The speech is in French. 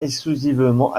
exclusivement